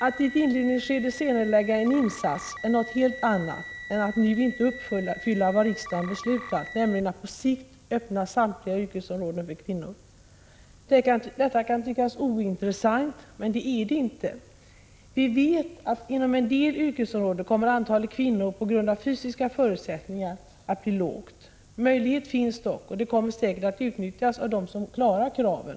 ; Atti ett inledningsskede senarelägga en insats är något helt annat än att nu inte uppfylla vad riksdagen beslutat, nämligen att på sikt öppna samtliga yrkesområden för kvinnor. Detta kan tyckas ointressant, men det är det inte. Vi vet att inom en del yrkesområden kommer på grund av fysiska förutsättningar antalet kvinnor att bli lågt. Möjligheten skall dock finnas, och den kommer säkert att utnyttjas av dem som klarar kraven.